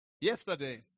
yesterday